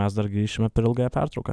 mes dar grįšime per ilgąją pertrauką